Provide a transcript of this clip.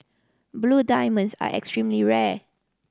blue diamonds are extremely rare